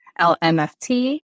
LMFT